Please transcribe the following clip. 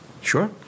Sure